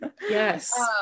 yes